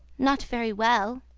not very well.